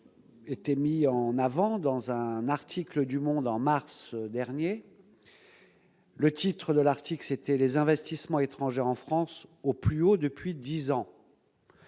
était mis en avant dans un article du Monde en mars dernier, le titre de l'article, c'était les investissements étrangers en France au plus haut depuis 10 ans et